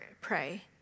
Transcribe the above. pray